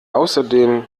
außerdem